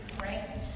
right